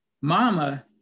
Mama